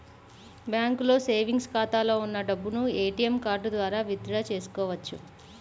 బ్యాంకులో సేవెంగ్స్ ఖాతాలో ఉన్న డబ్బును ఏటీఎం కార్డు ద్వారా విత్ డ్రా చేసుకోవచ్చు